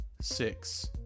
six